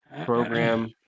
program